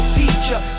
teacher